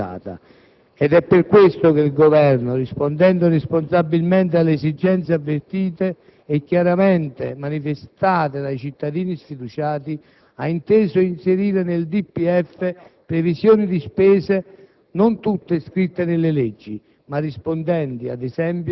Oggi, tuttavia, possiamo chiaramente affermare che l'emergenza dei conti è cessata. Ed è per questo che il Governo, rispondendo responsabilmente alle esigenze avvertite e chiaramente manifestate dai cittadini sfiduciati, ha inteso inserire nel DPEF